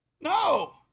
No